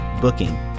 Booking